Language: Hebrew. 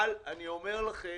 אבל אני אומר לכם